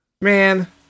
Man